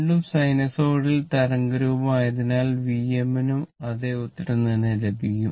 രണ്ടും സൈനസോയ്ഡൽ തരംഗരൂപം ആയതിനാൽ Vm നും അതെ ഉത്തരം തന്നെ ലഭിക്കും